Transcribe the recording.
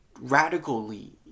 radically